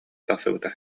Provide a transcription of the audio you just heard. тахсыбыта